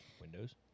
Windows